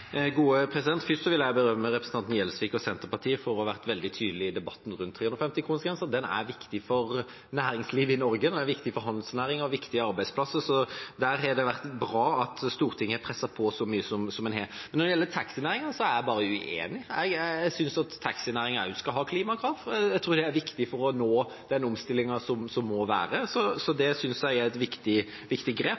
vil jeg berømme representanten Gjelsvik og Senterpartiet for å ha vært veldig tydelig i debatten rundt 350-kronersgrensen. Den er viktig for næringslivet i Norge, den er viktig for handelsnæringen, og den er viktig for arbeidsplasser, så det har vært bra at Stortinget har presset på så mye som de har. Når det gjelder taxinæringen, er jeg bare uenig. Jeg synes at også taxinæringen skal ha klimakrav. Jeg tror det er viktig for å møte den omstillingen som må komme. Det synes jeg er et viktig grep. Så er jeg enig i at en kunne tatt det